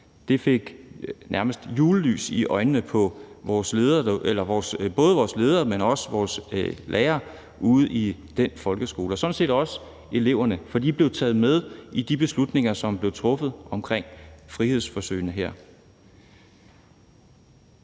gav nærmest julelys i øjnene på både ledere og lærere; og sådan set også eleverne, for de blev taget med i de beslutninger, som der blev truffet omkring frihedsforsøget her.